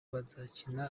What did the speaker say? bazakina